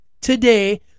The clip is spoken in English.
today